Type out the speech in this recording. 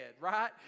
right